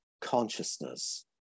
consciousness